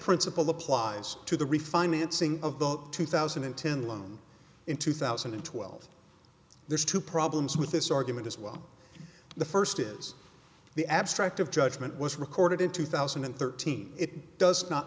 principle applies to the refinancing of the two thousand and ten loan in two thousand and twelve there's two problems with this argument as well the first is the abstract of judgment was recorded in two thousand and thirteen it does not